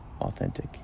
authentic